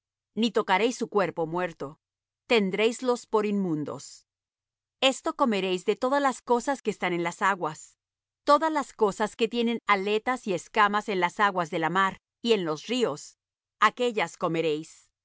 ni tocaréis su cuerpo muerto tendréislos por inmundos esto comeréis de todas las cosas que están en las aguas todas las cosas que tienen aletas y escamas en las aguas de la mar y en los ríos aquellas comeréis